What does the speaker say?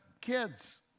kids